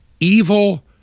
Evil